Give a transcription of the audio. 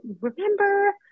remember